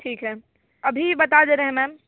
ठीक है अभी बता दे रहे हैं मैम